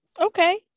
Okay